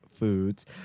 foods